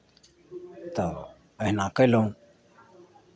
तऽ अहिना कयलहुँ